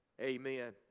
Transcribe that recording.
Amen